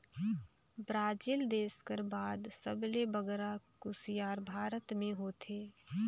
Brazil देस कर बाद सबले बगरा कुसियार भारत में होथे